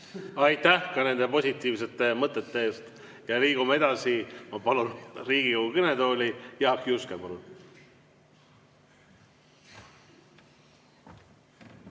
Aitäh ka nende positiivsete mõtete eest! Liigume edasi. Ma palun Riigikogu kõnetooli Jaak Juske.